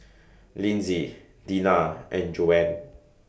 Linsey Deena and Joanne